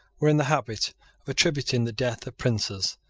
were in the habit of attributing the death of princes,